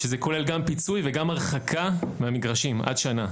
שזה כולל גם פיצוי וגם הרחקה מהמגרשים עד שנה.